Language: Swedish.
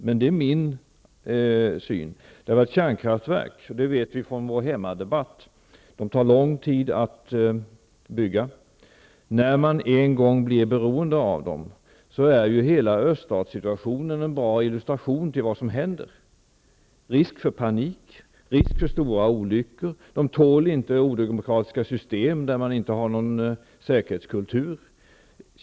Men det är min syn. Vi vet från vår hemmadebatt att det tar lång tid att bygga kärnkraftverk. Hela öststatssituationen är en bra illustration till vad som händer när man sedan en gång har blivit beroende av dem. Det blir risk för panik och för stora olyckor. Man tål inte odemokratiska system där man inte har någon säkerhetskultur.